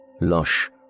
Lush